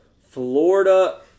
Florida